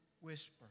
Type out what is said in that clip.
whisper